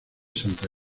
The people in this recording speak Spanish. santa